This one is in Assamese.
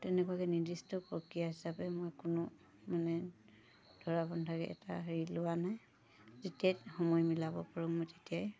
তেনেকুৱাকৈ নিৰ্দিষ্ট প্ৰক্ৰিয়া হিচাপে মই কোনো মানে ধৰা বন্ধা এটা হেৰি লোৱা নাই যেতিয়াই সময় মিলাব পাৰোঁ মই তেতিয়াই